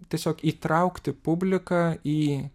tiesiog įtraukti publiką į